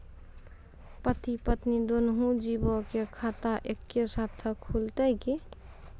पति पत्नी दुनहु जीबो के खाता एक्के साथै खुलते की?